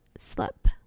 slip